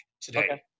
today